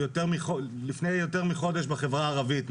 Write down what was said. לפני יותר מחודש בחברה הערבית,